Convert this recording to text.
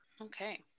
Okay